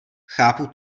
chápu